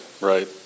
Right